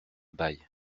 bail